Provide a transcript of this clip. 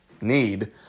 need